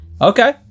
Okay